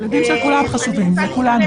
הילדים של כולם חשובים לכולנו.